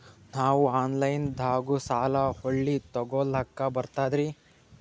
ನಾವು ಆನಲೈನದಾಗು ಸಾಲ ಹೊಳ್ಳಿ ಕಟ್ಕೋಲಕ್ಕ ಬರ್ತದ್ರಿ?